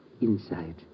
Inside